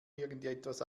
irgendetwas